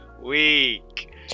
week